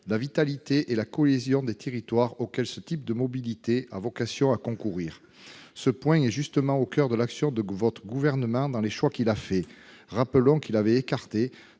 la vitalité et la cohésion des territoires auxquels ce type de mobilité a vocation à concourir. Ce point est justement au coeur de l'action du Gouvernement, dans les choix qu'il a faits. Rappelons qu'il avait écarté,